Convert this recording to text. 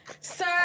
Sir